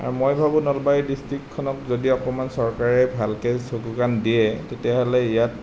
আৰু মই ভাবোঁ নলবাৰী ডিষ্ট্ৰিকখনক যদি অকমান চৰকাৰে ভালকৈ চকু কাণ দিয়ে তেতিয়া হ'লে ইয়াত